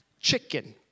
chicken